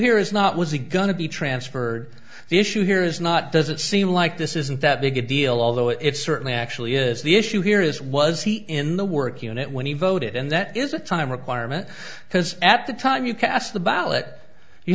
here is not was the gun to be transferred the issue here is not does it seem like this isn't that big a deal although it certainly actually is the issue here is was he in the work unit when he voted and that is a time requirement because at the time you cast the ballot you